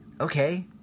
okay